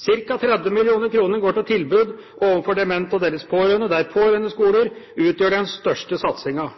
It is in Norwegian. Cirka 30 mill. kr går til tilbud overfor demente og deres pårørende, der pårørendeskoler utgjør den største